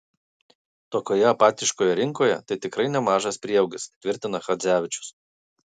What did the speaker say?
tokioje apatiškoje rinkoje tai tikrai nemažas prieaugis tvirtina chadzevičius